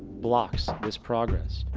blocks this progress,